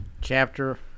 Chapter